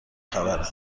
خبره